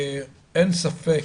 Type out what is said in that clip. אין ספק,